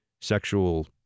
sexual